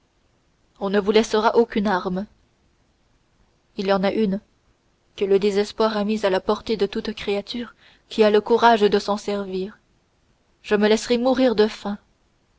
on ne vous laissera aucune arme il y en a une que le désespoir a mise à la portée de toute créature qui a le courage de s'en servir je me laisserai mourir de faim